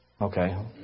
Okay